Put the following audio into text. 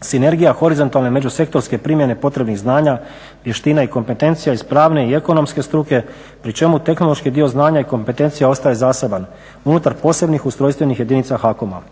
sinergija horizontalne međusektorske primjene potrebnih znanja, vještina i kompetencija iz pravne i ekonomske struke pri čemu tehnološki dio znanja i kompetencija ostaje zaseban unutar posebnih ustrojstvenih jedinica HAKOM-a.